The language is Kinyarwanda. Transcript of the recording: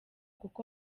kuko